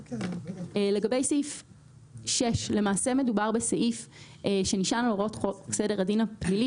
לגבי סעיף 6. למעשה מדובר בסעיף מהוראות סדר הדין הפלילי